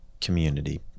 community